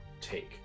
take